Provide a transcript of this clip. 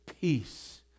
peace